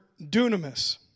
dunamis